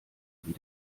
wie